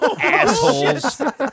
Assholes